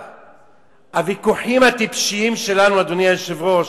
הוויכוחים הטיפשיים שלנו, אדוני היושב-ראש,